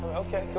ah okay, so